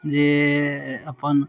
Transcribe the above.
जे अपन